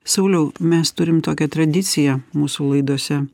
sauliau mes turim tokią tradiciją mūsų laidose